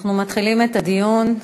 אנחנו מתחילים את הדיון,